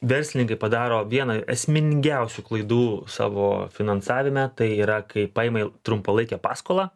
verslininkai padaro vieną esmingiausių klaidų savo finansavime tai yra kai paėmė trumpalaikę paskolą